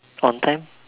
on time